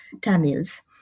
Tamils